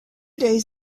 days